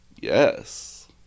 yes